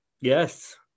yes